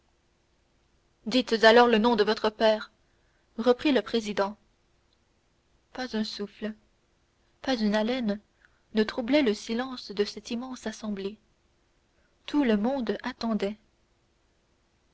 dites alors le nom de votre père reprit le président pas un souffle pas une haleine ne troublaient le silence de cette immense assemblée tout le monde attendait